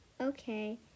Okay